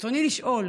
ברצוני לשאול,